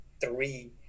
three